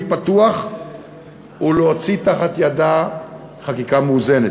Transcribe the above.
פתוח ולהוציא מתחת ידה חקיקה מאוזנת.